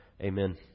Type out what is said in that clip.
Amen